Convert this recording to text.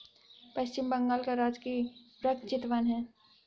पश्चिम बंगाल का राजकीय वृक्ष चितवन है